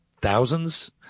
thousands